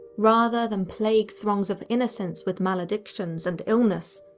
rather than plague throngs of innocents with maledictions and illness,